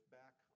back